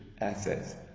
assets